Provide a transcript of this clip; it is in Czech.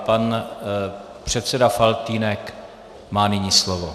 Pan předseda Faltýnek má nyní slovo.